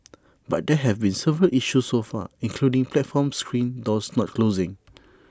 but there have been several issues so far including platform screen doors not closing